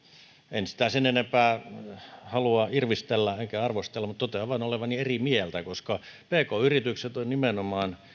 en sitä sen enempää halua irvistellä enkä arvostella mutta totean vain olevani eri mieltä koska pk yritykset ovat nimenomaan